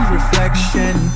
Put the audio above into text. Reflection